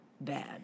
bad